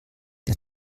der